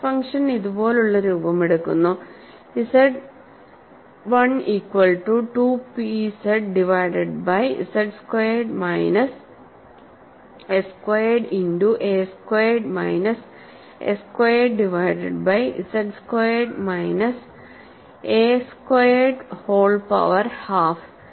stress function ഇതുപോലുള്ള രൂപമെടുക്കുന്നു ZI equal to 2 P z divided by z squared minus s squared into a squared minus s squared divided by z squared minus a squared whole power half